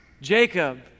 Jacob